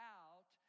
out